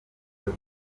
wowe